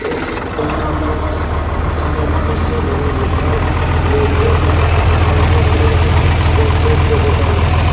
ও অন্যান্য স্থানের মানুষজন এবং লোকাল লোকজন স্মরনীয় করে রেখেছেন জীবন্ত দেবতা বলে